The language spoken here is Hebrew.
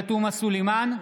סלימאן,